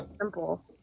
simple